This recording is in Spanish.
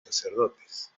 sacerdotes